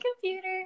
computer